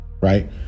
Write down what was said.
right